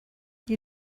you